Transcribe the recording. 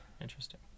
interesting